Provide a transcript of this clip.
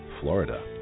Florida